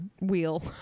wheel